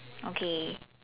okay